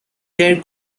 their